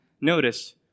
notice